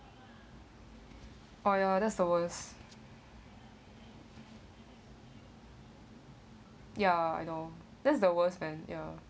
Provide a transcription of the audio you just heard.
oh ya that's the worst ya I know that's the worst man ya